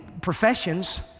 professions